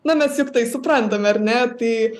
na mes juk tai suprantam ar ne tai